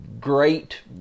great